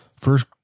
first